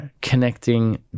connecting